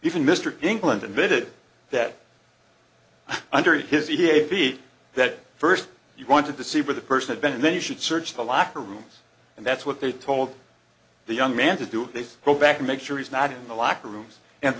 even mr england admitted that under his he did beat that first you wanted to see where the person had been and then you should search the locker rooms and that's what they told the young man to do they go back and make sure he's not in the locker rooms and